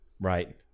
Right